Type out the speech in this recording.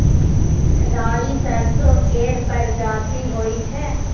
राई सरसो केर परजाती होई छै